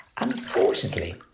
Unfortunately